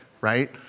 Right